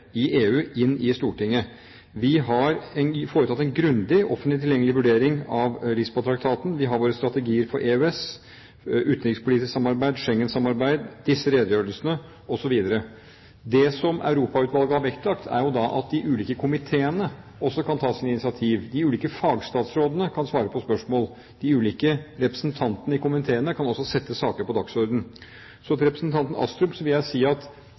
i EU inn i Stortinget. Vi har foretatt en grundig, offentlig tilgjengelig vurdering av Lisboa-traktaten. Vi har våre strategier for EØS, utenrikspolitisk samarbeid, Schengen-samarbeid, disse redegjørelsene osv. Det Europautvalget har vektlagt, er at de ulike komiteene også kan ta sine initiativer. De ulike fagstatsrådene kan svare på spørsmål. De ulike representantene i komiteene kan også sette saker på dagsorden. Så til representanten Astrup vil jeg si at